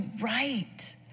right